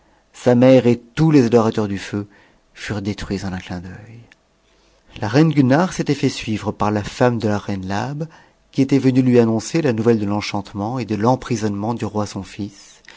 sa mère et tous les adorateurs du feu furent détruits eu il c in d'œil la reine gulnare s'était fait suivre par la femme de a reine labe qui était venue lui annoncer la nouvelle de l'enchantement et de l'en prisonnement du roi son fils